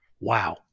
wow